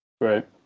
Right